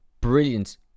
brilliant